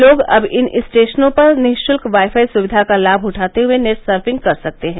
लोग अब इन स्टेशनों पर निशुल्क वाईफाई सुविधा का लाम उठाते हुए नेट सर्फिंग कर सकते हैं